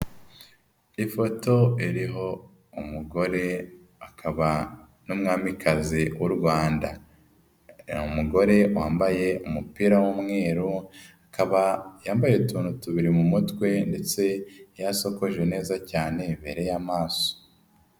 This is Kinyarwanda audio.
Ifoto iriho umugore akaba n'umwamikazi w'u Rwanda ni umugore wambaye umupira w'umweru, akaba yambaye utuntu tubiri mu mutwe ndetse yasokoje neza cyane bibereye amaso.